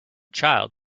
child